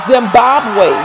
Zimbabwe